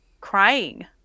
crying